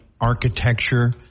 architecture